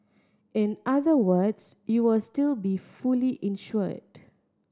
in other words you will still be fully insured